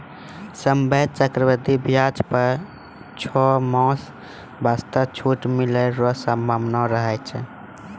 सभ्भे चक्रवृद्धि व्याज पर छौ मास वास्ते छूट मिलै रो सम्भावना रहै छै